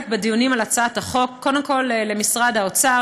בדיונים על הצעת החוק: קודם כול משרד האוצר,